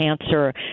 cancer